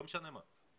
לא משנה מה.